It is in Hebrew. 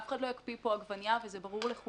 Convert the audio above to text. אף אחד לא יקפיא פה עגבנייה, וזה ברור לכולם.